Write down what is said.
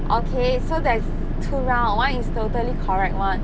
okay so there is two round one is totally correct [one]